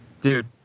dude